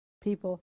People